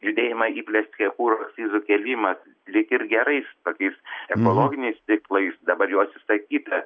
judėjimą įplieskė kuro akcizų kėlimas lyg ir gerais tokiais ekologiniais tikslais dabar jo atsisakyta